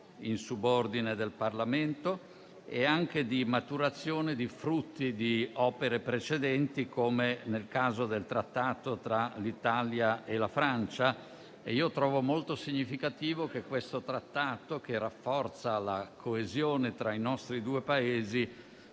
in subordine, del Parlamento - e anche di maturazione dei frutti di opere precedenti, come nel caso del trattato tra l'Italia e la Francia. Trovo molto significativo che questo trattato, che rafforza la coesione tra i nostri due Paesi,